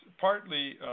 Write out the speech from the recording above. partly